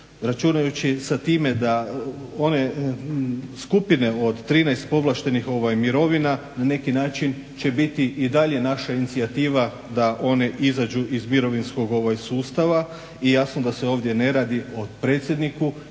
računajući sa time da one skupine od 13 povlaštenih mirovina na neki način će biti i dalje naša inicijativa da one izađu iz mirovinskog sustava i jasno da se ovdje ne radi o predsjedniku